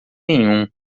nenhum